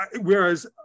whereas